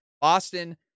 Boston